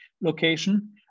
location